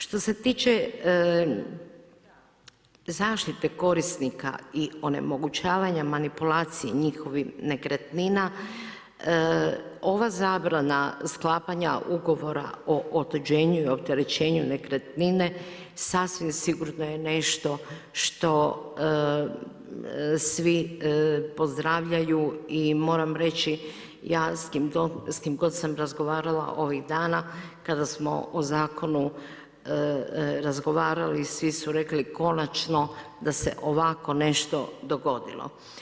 Što se tiče zaštite korisnika i onemogućavanja manipulacije njihovih nekretnina ova zabrana sklapanja ugovora o otuđenju i opterećenju nekretnine sasvim sigurno je nešto što svi pozdravljaju i moram reći ja s kim god sam razgovarala ovih dana, kada smo o zakonu razgovarali svi su rekli konačno da se ovako nešto dogodilo.